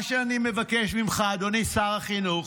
מה שאני מבקש ממך, אדוני שר החינוך,